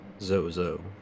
Zozo